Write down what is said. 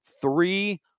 Three